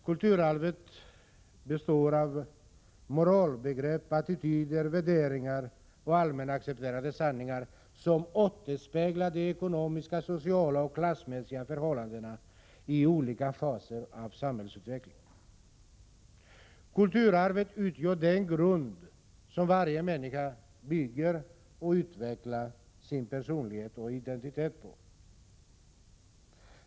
Kulturarvet består av moralbegrepp, attityder, värderingar och allmänt accepterade sanningar som återspeglar de ekonomiska, sociala och klassmässiga förhållandena i olika faser av samhällsutvecklingen. Kulturarvet utgör den grund som varje människa bygger och utvecklar sin personlighet och identitet på.